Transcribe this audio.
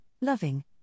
loving